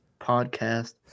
podcast